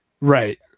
Right